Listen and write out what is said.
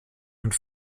und